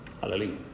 Hallelujah